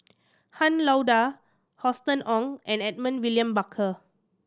Han Lao Da Austen Ong and Edmund William Barker